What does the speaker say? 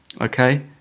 okay